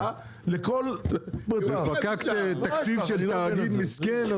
לכל תקציב -- עם פקקטה תקציב של תאגיד מסכן,